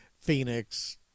Phoenix